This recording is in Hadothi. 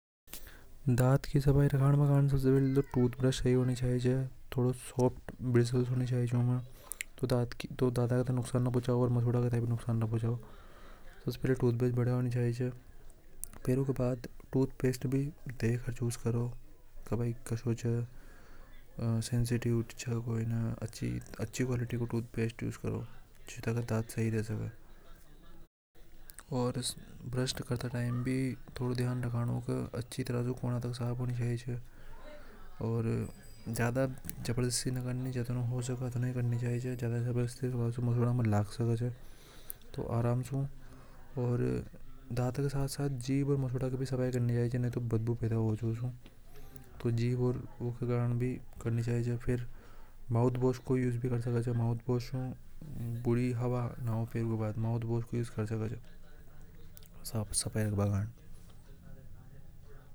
दांत की सफाई करने के लिए सबसे पहले टूथब्रश सही होनी चाहिए थोड़ा सॉफ्ट बिजनेस होनी चाहिए। फेर उस के बाद टूथपेस्ट भी देख कर चूज करो कभी सेंसिटिविटी बेस्ट उसे करो और भ्रष्ट करता टाइम भी थोड़ा ध्यान रखना होगा अच्छी तरह से कोना तक साफ होनी चाहिए। और ज्यादा जबरदस्ती ना करनी जितना हो सके उतना ही करना चाहिए नि तो जबड़ा फट जावे नहीं करनी चाहिए तो आराम से और दांत के साथ-साथ जीभ है फिर बहुत-बहुत को उसे भी कर सकता हूं। माउथ वाश को भी यूस के सके छ सफाई रखवा कंजे।